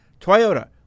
Toyota